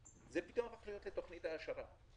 זה פתאום מתחיל להיות תוכנית העשרה.